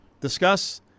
discuss